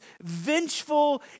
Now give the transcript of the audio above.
vengeful